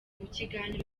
mukiganiro